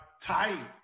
tight